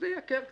זה ייקר קצת.